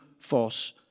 false